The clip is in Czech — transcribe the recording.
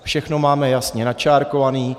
Všechno máme jasně načárkované.